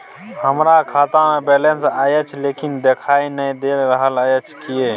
हमरा खाता में बैलेंस अएछ लेकिन देखाई नय दे रहल अएछ, किये?